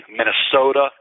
Minnesota